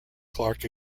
clark